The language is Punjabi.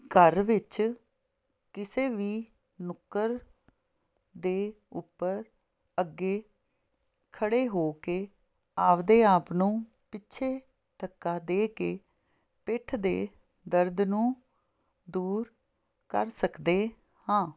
ਘਰ ਵਿੱਚ ਕਿਸੇ ਵੀ ਨੁੱਕਰ ਦੇ ਉੱਪਰ ਅੱਗੇ ਖੜ੍ਹੇ ਹੋ ਕੇ ਆਪਦੇ ਆਪ ਨੂੰ ਪਿੱਛੇ ਧੱਕਾ ਦੇ ਕੇ ਪਿੱਠ ਦੇ ਦਰਦ ਨੂੰ ਦੂਰ ਕਰ ਸਕਦੇ ਹਾਂ